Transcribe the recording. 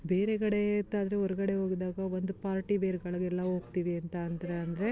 ಬೇರೆ ಕಡೆ ಎತ್ತಾದರೂ ಹೊರಗಡೆ ಹೋಗಿದ್ದಾಗ ಒಂದು ಪಾರ್ಟಿ ವೇರುಗಳಿಗೆಲ್ಲ ಹೋಗ್ತೀವಿ ಅಂತ ಅಂತ ಅಂದರೆ